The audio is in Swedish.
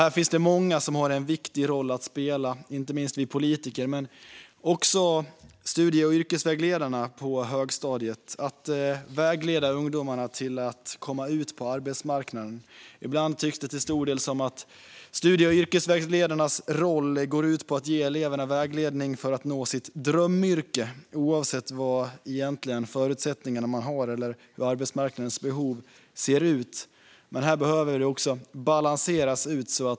Här har många en viktig roll att spela, inte minst vi politiker men också studie och yrkesvägledarna på högstadiet. De måste vägleda ungdomarna till att kunna komma ut på arbetsmarknaden. Ibland tycks studie och yrkesvägledarnas roll till stor del gå ut på att ge eleverna vägledning att nå sitt drömyrke, oavsett vilka förutsättningar man har eller hur arbetsmarknadens behov ser ut. Det behövs en balans.